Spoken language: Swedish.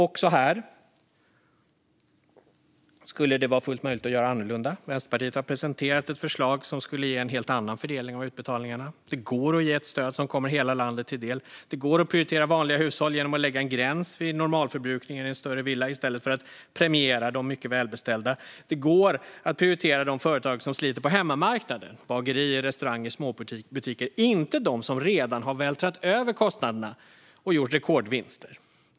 Också här skulle det vara fullt möjligt att göra annorlunda. Vänsterpartiet har presenterat ett förslag som skulle ge en helt annan fördelning av utbetalningarna. Det går att ge ett stöd som kommer hela landet till del. Det går att prioritera vanliga hushåll genom att lägga en gräns vid normalförbrukningen i en större villa i stället för att premiera de mycket välbeställda. Det går att prioritera de företag som sliter på hemmamarknaden - bagerier, restauranger och småbutiker - och inte de företag som redan har vältrat över kostnaderna och gjort rekordvinster.